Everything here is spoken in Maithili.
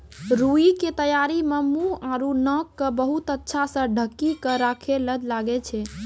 रूई के तैयारी मं मुंह आरो नाक क बहुत अच्छा स ढंकी क राखै ल लागै छै